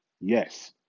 Yes